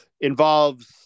involves